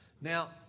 Now